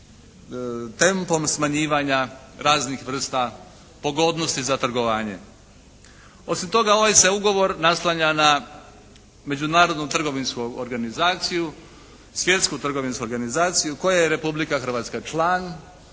tempom smanjivanja raznih vrsta pogodnosti za trgovanje. Osim toga ovaj se ugovor oslanja na Međunarodnu trgovinsku organizaciju, Svjetsku trgovinsku organizaciju koje je Republika Hrvatska član.